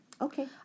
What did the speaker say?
Okay